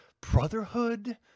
brotherhood